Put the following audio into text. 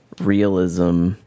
realism